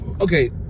Okay